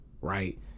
Right